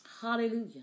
hallelujah